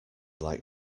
like